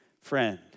friend